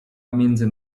między